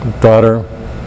daughter